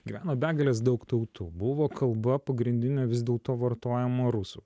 gyveno begalės daug tautų buvo kalba pagrindinė vis dėlto vartojama rusų